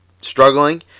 struggling